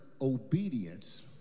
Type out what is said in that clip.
obedience